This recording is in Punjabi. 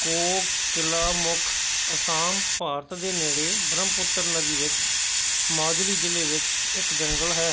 ਕੋਕਿਲਾਮੁਖ ਅਸਾਮ ਭਾਰਤ ਦੇ ਨੇੜੇ ਬ੍ਰਹਮਪੁੱਤਰ ਨਦੀ ਵਿੱਚ ਮੌਜਲੀ ਜ਼ਿਲ੍ਹੇ ਵਿੱਚ ਇੱਕ ਜੰਗਲ ਹੈ